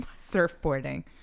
surfboarding